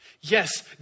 Yes